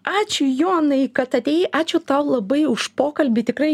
ačiū jonai kad atėjai ačiū tau labai už pokalbį tikrai